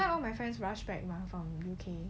that's why all my friends rush back from U_K